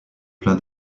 pleins